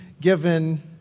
given